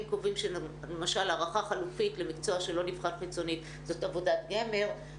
אם קובעים למשל הערכה חלופית למקצוע שלא נבחן חיצונית זאת עבודת גמר,